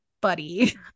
buddy